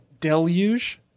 Deluge